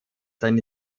sein